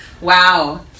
Wow